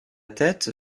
tête